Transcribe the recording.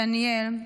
דניאל,